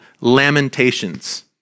Lamentations